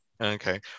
Okay